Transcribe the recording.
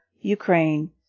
Ukraine